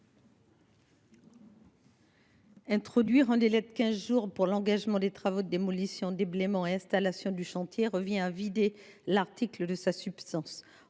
Introduire un délai de quinze jours pour engager des travaux de démolition, de déblaiement et d’installation du chantier revient à vider l’article de sa substance.